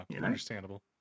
understandable